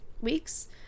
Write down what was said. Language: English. weeks